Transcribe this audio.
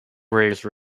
race